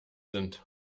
sind